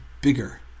bigger